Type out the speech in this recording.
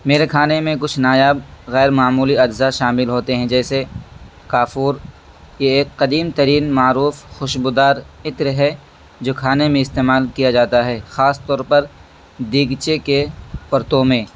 میرے کھانے میں کچھ نایاب غیر معمولی اجزاء شامل ہوتے ہیں جیسے کافور یہ ایک قدیم ترین معروف خوشبو دار عطر ہے جو کھانے میں استعمال کیا جاتا ہے خاص طور پر دیگچے کے پرتو میں